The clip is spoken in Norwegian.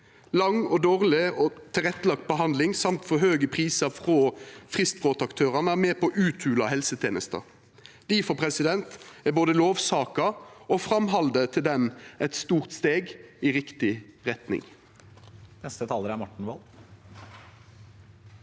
Lang og dårleg tilrettelagd behandling, og for høge prisar frå fristbrotaktørane, er med på å uthola helsetenesta. Difor er både lovsaka og framhaldet til den eit stort steg i riktig retning.